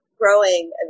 growing